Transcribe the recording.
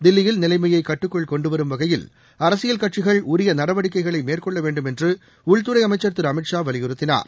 தில்லியில் நிலைமைய கட்டுக்குள் கொண்டுவரும் வகையில் அரசியல் கட்சிகள் உரிய நடவடிக்கைகளை மேற்கொள்ள வேண்டும் என்று உள்துறை அமைச்சர் திரு அமித் ஷா வலியுறுத்தினார்